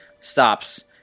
stops